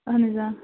اَہَن حظ آ